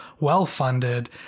well-funded